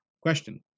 Question